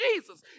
Jesus